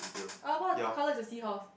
oh what what colour is your seahorse